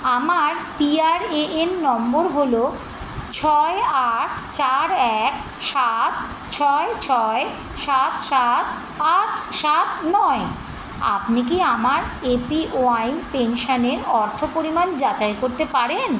আমার পিআরএএন নম্বর হলো ছয় আট চার এক সাত ছয় ছয় সাত সাত আট সাত নয় আপনি কি আমার এপিওয়াইএন পেনশানের অর্থপরিমাণ যাচাই করতে পারেন